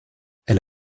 elle